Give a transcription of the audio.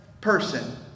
person